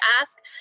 ask